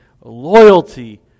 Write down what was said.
loyalty